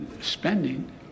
spending